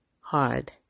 hard